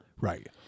Right